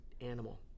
animal